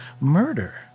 murder